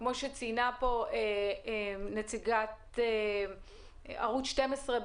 כמו שציינה פה נציגת ערוץ 12,